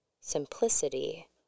simplicity